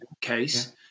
case